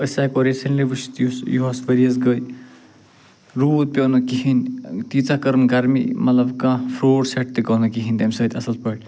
أسۍ ہٮ۪کو ریٖسٮ۪نٛٹلی وٕچھِتھ یُس یُہَس ؤریَس گٔے روٗد پیوٚو نہٕ کِہیٖنۍ تیٖژاہ کٔرٕن گرمی مطلب کانٛہہ فرٛوٹ سٮ۪ٹ تہِ گوٚو نہٕ کِہیٖنۍ تَمہِ سۭتۍ اَصٕل پٲٹھی